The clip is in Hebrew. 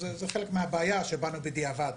מהבעיה שבאנו בדיעבד.